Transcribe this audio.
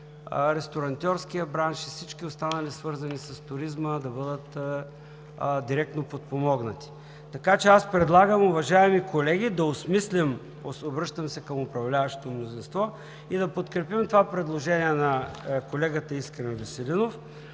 ресторантьорският бранш и всички останали, свързани с туризма, да бъдат директно подпомогнати. Така че предлагам, уважаеми колеги, да осмислим – обръщам се към управляващото мнозинство, и да подкрепим това предложение на колегата Искрен Веселинов,